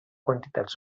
quantitats